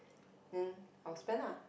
then I'll spent ah